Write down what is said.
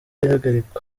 ihagarikwa